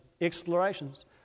explorations